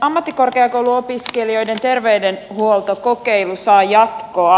ammattikorkeakouluopiskelijoiden terveydenhuoltokokeilu saa jatkoa